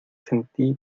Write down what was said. sentí